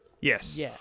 Yes